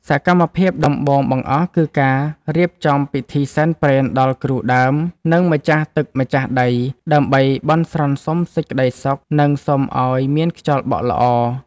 សកម្មភាពដំបូងបង្អស់គឺការរៀបចំពិធីសែនព្រេនដល់គ្រូដើម និងម្ចាស់ទឹកម្ចាស់ដី ដើម្បីបន់ស្រន់សុំសេចក្ដីសុខ និងសុំឱ្យមានខ្យល់បក់ល្អ។